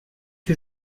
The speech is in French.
que